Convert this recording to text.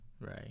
right